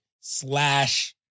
slash